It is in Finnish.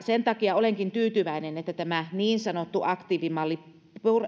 sen takia olenkin tyytyväinen että tämä niin sanottu aktiivimalli